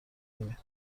نمیاد